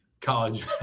college